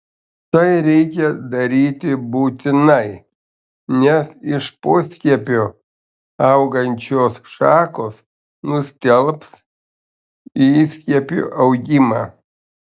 tai reikia daryti būtinai nes iš poskiepio augančios šakos nustelbs įskiepio augimą